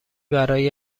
برای